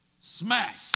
smash